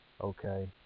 Okay